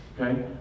Okay